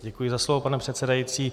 Děkuji za slovo, pane předsedající.